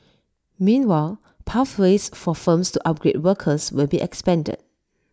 meanwhile pathways for firms to upgrade workers will be expanded